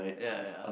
ya ya